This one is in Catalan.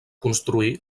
construir